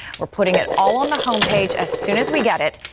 we're putting it all on the home page as soon as we get it.